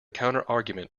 counterargument